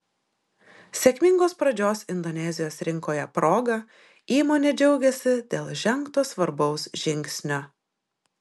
sėkmingos pradžios indonezijos rinkoje proga įmonė džiaugiasi dėl žengto svarbaus žingsnio